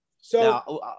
So-